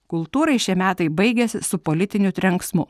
kultūrai šie metai baigiasi su politiniu trenksmu